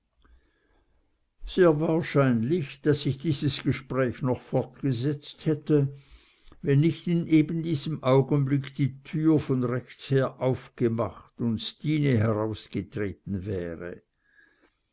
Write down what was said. sehr wahrscheinlich daß sich dies gespräch noch fortgesetzt hätte wenn nicht in eben diesem augen blick die tür von rechts her aufgemacht und stine herausgetreten wäre